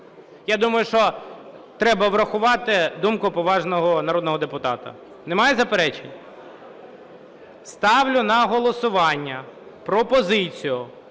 Я думаю, що треба врахувати думку поважного народного депутата. Немає заперечень? Ставлю на голосування пропозицію